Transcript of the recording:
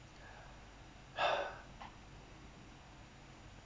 !huh!